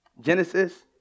Genesis